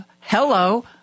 hello